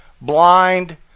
blind